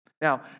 Now